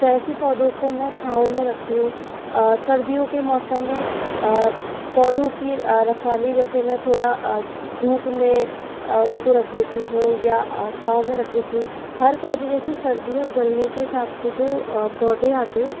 तो ऐसे पोधों को मैं छाँव में रखती हूँ सर्दियों के मौसम में पौधों की रखवाली जैसे मैं थोड़ा धूप में उनको रख देती हूँ या छाँव में रख देती हूँ हर पौधे जैसे सर्दी और गर्मी के हिसाब से जो पौधे आते हैं